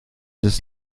des